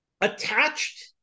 Attached